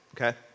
okay